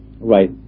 Right